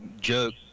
joke